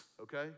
okay